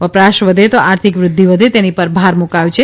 વપરાશ વધે તો આર્થિક વૃદ્ધિ વધે તેની પર ભાર મૂકાયો છે